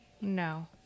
No